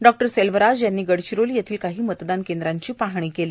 डॉ सेल्वराज यांनी गडचिरोली येथील काही मतदान केंद्रांची पाहणी केली